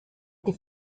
que